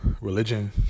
religion